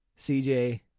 CJ